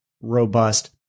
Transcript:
robust